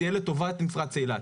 זה יהיה לטובת מפרץ אילת.